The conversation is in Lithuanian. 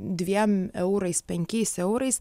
dviem eurais penkiais eurais